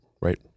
right